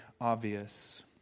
obvious